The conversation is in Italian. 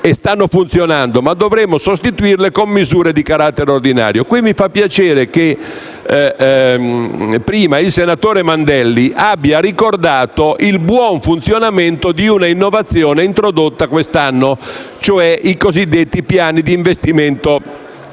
e stanno funzionando ma dovremo sostituirle con misure di carattere ordinario. Mi fa piacere che prima il senatore Mandelli abbia ricordato il buon funzionamento di una innovazione introdotta quest'anno, cioè i cosiddetti piani di risparmio